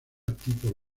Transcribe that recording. tipo